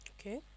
Okay